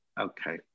okay